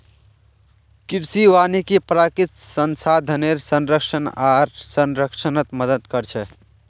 कृषि वानिकी प्राकृतिक संसाधनेर संरक्षण आर संरक्षणत मदद कर छे